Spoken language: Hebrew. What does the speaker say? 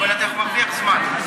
אבל אתה מרוויח זמן.